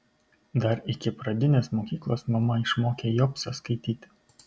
dar iki pradinės mokyklos mama išmokė jobsą skaityti